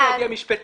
יושב לידי משפטן.